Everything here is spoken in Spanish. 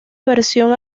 versión